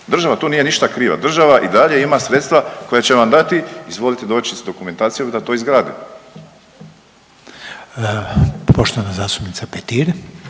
Država tu nije ništa kriva. Država i dalje ima sredstva koja će vam dati, izvolite doći sa dokumentacijom i da to izgradimo. **Reiner,